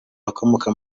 bakomoka